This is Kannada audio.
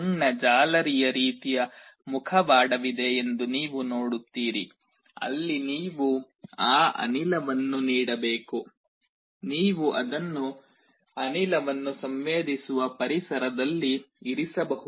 ಸಣ್ಣ ಜಾಲರಿಯ ರೀತಿಯ ಮುಖವಾಡವಿದೆ ಎಂದು ನೀವು ನೋಡುತ್ತೀರಿ ಅಲ್ಲಿ ನೀವು ಆ ಅನಿಲವನ್ನು ನೀಡಬೇಕು ನೀವು ಅದನ್ನು ಅನಿಲವನ್ನು ಸಂವೇದಿಸುವ ಪರಿಸರದಲ್ಲಿ ಇರಿಸಬಹುದು